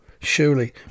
Surely